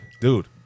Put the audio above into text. Dude